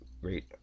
great